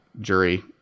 jury